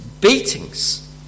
beatings